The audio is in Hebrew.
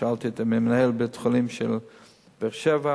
שאלתי את מנהל בית-החולים של באר-שבע,